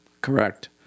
Correct